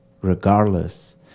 regardless